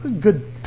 good